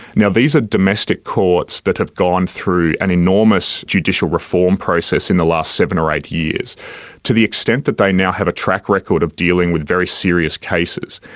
now these are domestic courts that have gone through an enormous judicial reform process in the last seven or eight years, to the extent that they now have a track record of dealing with very serious cases.